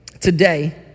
today